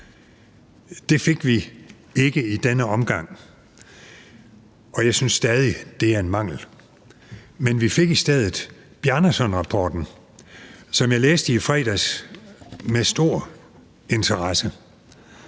Det fik vi ikke i denne omgang, og jeg synes stadig, det er en mangel. Kl. 17:07 Men vi fik i stedet Bjarnasonrapporten, som jeg læste i fredags med stor interesse.